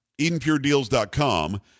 EdenPureDeals.com